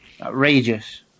Outrageous